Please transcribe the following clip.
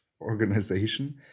organization